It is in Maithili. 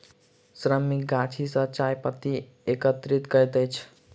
श्रमिक गाछी सॅ चाय पत्ती एकत्रित करैत अछि